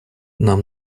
нам